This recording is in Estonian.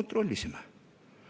Kontrollisime. Üllar